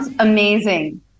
amazing